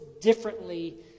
differently